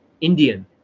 Indian